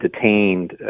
detained